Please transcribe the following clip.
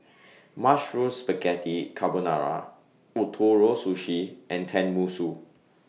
Mushroom Spaghetti Carbonara Ootoro Sushi and Tenmusu